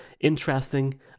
interesting